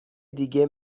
دیگه